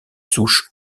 souches